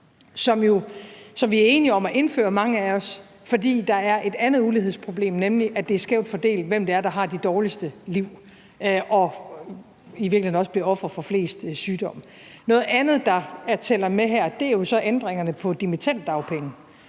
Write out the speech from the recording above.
os var enige om at indføre, fordi der er et andet ulighedsproblem, nemlig at det er skævt fordelt, i forhold til hvem der har de dårligste liv og i virkeligheden også bliver ofre for flest sygdomme. Noget andet, der tæller med her, er jo så ændringerne i forhold til dimittenddagpenge,